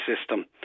system